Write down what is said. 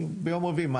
ביום רביעי.